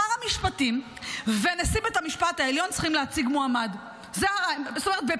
שר המשפטים ונשיא בית המשפט העליון צריכים להציג מועמד פה אחד.